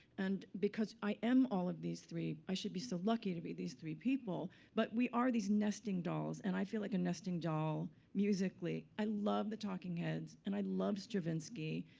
and because i am all of these three, i should be so lucky to be these three people. but we are these nesting dolls. and i feel like a nesting doll musically. i love the talking heads, and i love stravinsky.